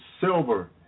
silver